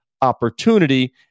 opportunity